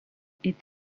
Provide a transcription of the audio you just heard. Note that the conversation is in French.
est